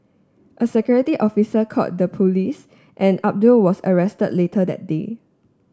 a security officer called the police and Abdul was arrested later that day